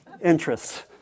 interests